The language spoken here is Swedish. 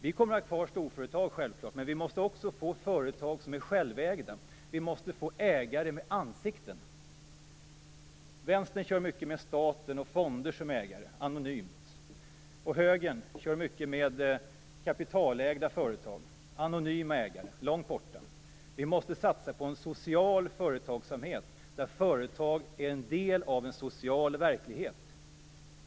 Vi kommer självklart att ha kvar storföretag, men vi måste också få företag som är självägda. Vi måste få ägare med ansikten. Vänstern kör mycket med staten och fonder som ägare; det är anonymt. Högern kör mycket med kapitalägda företag; det innebär anonyma ägare långt borta. Vi måste satsa på en social företagsamhet där företag är en del av en social verklighet.